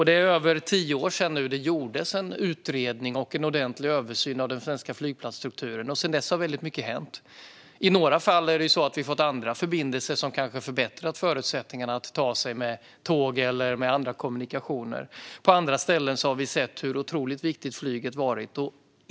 Det är nu över tio år sedan det gjordes en utredning och en ordentlig översyn av den svenska flygplatsstrukturen. Sedan dess har väldigt mycket hänt. I några fall har vi fått andra förbindelser som kanske förbättrat förutsättningarna att resa med tåg eller andra kommunikationer. På andra ställen har vi sett hur otroligt viktigt flyget varit.